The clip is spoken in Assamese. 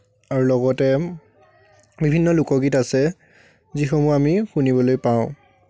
আৰু লগতে বিভিন্ন লোকগীত আছে যিসমূহ আমি শুনিবলৈ পাওঁ